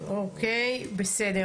אוקיי, אנחנו נעקוב.